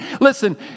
Listen